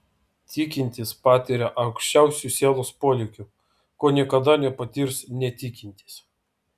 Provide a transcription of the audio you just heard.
tikintis patiria aukščiausių sielos polėkių ko niekada nepatirs netikintis